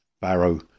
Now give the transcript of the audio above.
Barrow